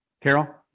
Carol